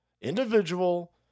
individual